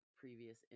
previous